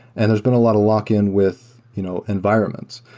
and there's been a lot of lock-in with you know environments.